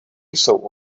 jsou